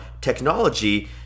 technology